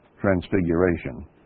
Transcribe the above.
Transfiguration